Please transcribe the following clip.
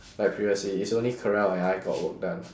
like previously it's only carell and I got work done